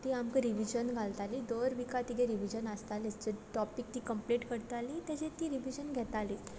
ती आमकां रिव्हिजन घालताली दर विका तिगे रिव्हिजन आसतालेंच सो टॉपिक ती कंप्लीट करताली तेचेर ती रिव्हिजन घेताली